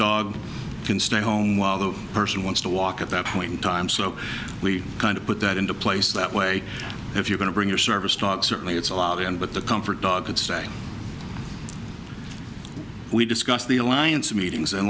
dog can stay home while the person wants to walk at that point in time so we kind of put that into place that way if you're going to bring your service dog certainly it's a lobby and but the comfort dogs say we discussed the alliance meetings